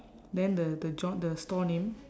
then the the john the store name